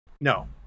No